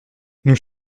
nous